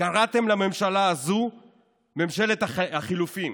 קראתם לממשלה הזאת ממשלת החילופים